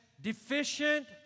deficient